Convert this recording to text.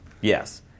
Yes